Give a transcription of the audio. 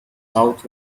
south